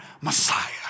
Messiah